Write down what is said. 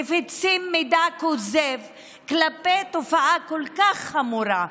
מפיצים מידע כוזב על תופעה כל כך חמורה.